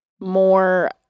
more